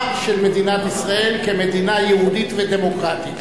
של מדינת ישראל כמדינה יהודית ודמוקרטית.